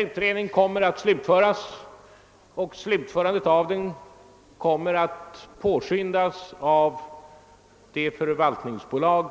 Utredningen kommer att fortsättas och slutförandet av den påskyndas av det förvaltningsbolag